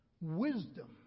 Wisdom